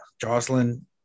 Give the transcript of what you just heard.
Jocelyn